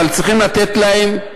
אבל צריכים לתת להם,